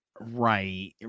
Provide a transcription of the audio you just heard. Right